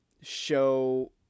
show